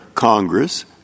Congress